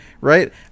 Right